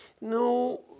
No